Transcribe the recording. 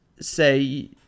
say